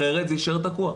אחרת זה יישאר תקוע.